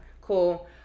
cool